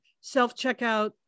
self-checkout